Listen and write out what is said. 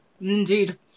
Indeed